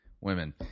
women